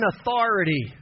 authority